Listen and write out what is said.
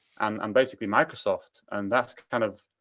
and um basically microsoft. and that's kind of